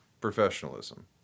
professionalism